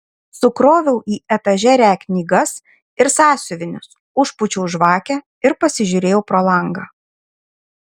sukroviau į etažerę knygas ir sąsiuvinius užpūčiau žvakę ir pasižiūrėjau pro langą